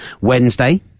Wednesday